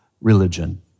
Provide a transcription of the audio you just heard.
religion